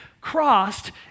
crossed